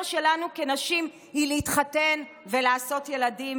שלנו כנשים היא להתחתן ולעשות ילדים,